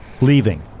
leaving